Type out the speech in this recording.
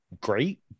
great